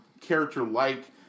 character-like